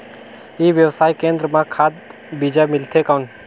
ई व्यवसाय केंद्र मां खाद बीजा मिलथे कौन?